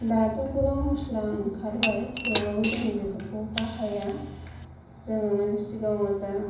दाथ' गोबां मस्ला ओंखारबाय थेवबाबो जों बेफोरखौ बाहाया जोङो माने सिगाङाव जा